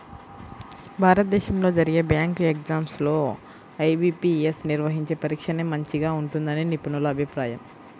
భారతదేశంలో జరిగే bank exams లో ఐ.బీ.పీ.యస్ నిర్వహించే పరీక్షనే మంచిగా ఉంటుందని నిపుణుల అభిప్రాయం